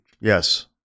Yes